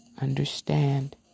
understand